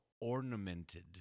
ornamented